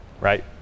right